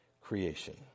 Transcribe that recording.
creation